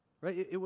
Right